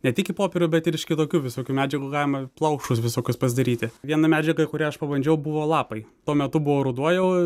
ne tik į popierių bet ir iš kitokių visokių medžiagų galima plaušus visokius pasidaryti viena medžiaga kurią aš pabandžiau buvo lapai tuo metu buvo ruduo jau